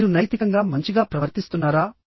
మీరు నైతికంగా మంచిగా ప్రవర్తిస్తున్నారా